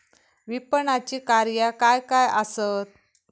विपणनाची कार्या काय काय आसत?